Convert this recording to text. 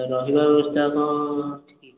ରହିବା ବ୍ୟବସ୍ଥା ଆଉ କ'ଣ ଅଛି କି